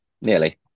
Nearly